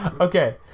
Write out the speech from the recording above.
Okay